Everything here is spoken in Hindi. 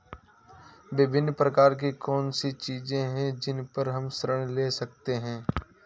विभिन्न प्रकार की कौन सी चीजें हैं जिन पर हम ऋण ले सकते हैं?